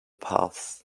paths